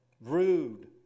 rude